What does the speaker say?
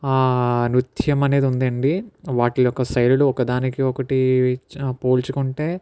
నృత్యం అనేది ఉందండి వాటి యొక్క శైలులు ఒకదానికి ఒకటి పోల్చుకుంటే